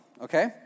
okay